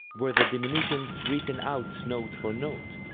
were the diminutions written-out note for note?